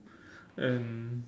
and